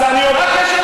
מה הקשר לחברי מרכז?